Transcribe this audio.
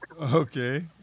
okay